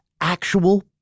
actual